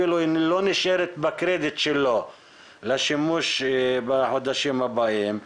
אפילו היא לא נשארת בקרדיט שלו לשימוש בחודשים הבאים.